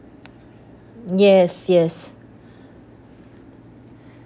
yes yes